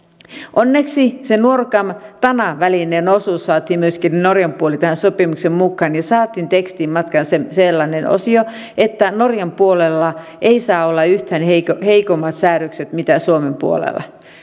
onneksi se nuorgam tana välinen osuus eli norjan puoli saatiin myöskin tähän sopimukseen mukaan ja saatiin tekstiin matkaan sellainen osio että norjan puolella ei saa olla yhtään heikommat säädökset kuin on suomen puolella